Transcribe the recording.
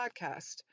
podcast